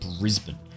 brisbane